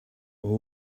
all